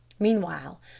meanwhile,